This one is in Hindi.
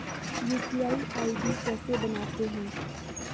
यु.पी.आई आई.डी कैसे बनाते हैं?